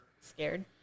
scared